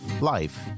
life